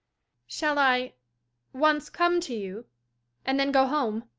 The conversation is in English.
shall i once come to you and then go home?